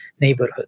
neighborhood